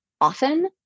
often